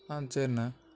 ஆ சேரிண